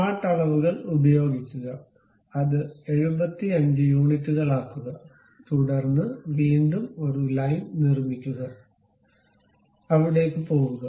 smart അളവുകൾ ഉപയോഗിക്കുക അത് 75 യൂണിറ്റുകളാക്കുക തുടർന്ന് വീണ്ടും ഒരു ലൈൻ നിർമ്മിക്കുക അവിടെ പോകുക